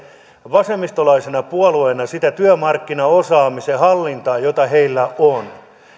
vasemmistolaisena puolueena sitä työmarkkinaosaamisen hallintaa jota heillä on